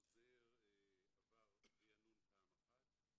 החוזר עבר רענון פעם אחת.